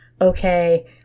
okay